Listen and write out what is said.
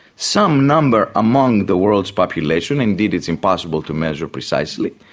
some number among the world's population, indeed it's impossible to measure precisely,